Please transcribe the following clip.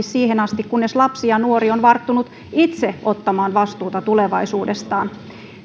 siihen asti kunnes lapsi ja nuori on varttunut itse ottamaan vastuuta tulevaisuudestaan